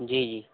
जी जी